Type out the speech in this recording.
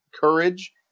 courage